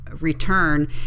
return